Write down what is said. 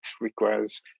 requires